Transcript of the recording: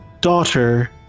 daughter